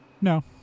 No